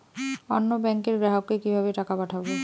অন্য ব্যাংকের গ্রাহককে কিভাবে টাকা পাঠাবো?